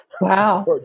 wow